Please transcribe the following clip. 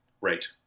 right